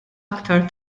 aktar